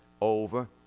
over